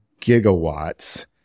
gigawatts